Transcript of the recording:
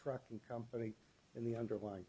trucking company in the underlying